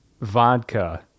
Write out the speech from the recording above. vodka